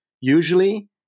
usually